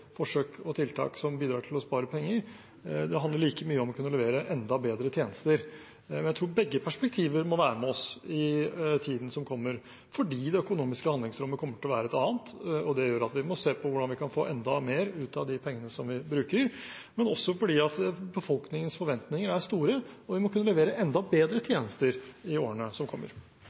forsøk og tiltak som bidrar til å spare penger, det handler like mye om å kunne levere enda bedre tjenester. Jeg tror begge perspektiver må være med oss i tiden som kommer, fordi det økonomiske handlingsrommet kommer til å være et annet. Det gjør at vi må se på hvordan vi kan få enda mer ut av de pengene vi bruker, også fordi befolkningens forventinger er store og vi må kunne levere enda bedre tjenester i årene som kommer.